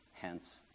Hence